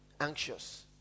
anxious